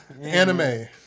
Anime